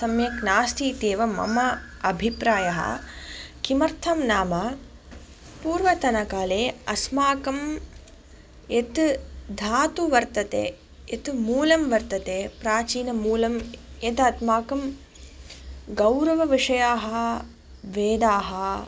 सम्यक् नास्ति इत्येव मम अभिप्रायः किमर्थं नाम पूर्वतनकाले अस्माकं यत् धातुः वर्तते यत् मूलं वर्तते प्राचीनमूलं यत् अस्माकं गौरवविषयाः वेदाः